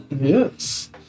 Yes